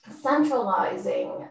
centralizing